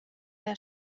der